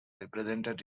represented